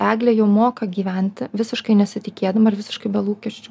eglė jau moka gyventi visiškai nesitikėdama ir visiškai be lūkesčių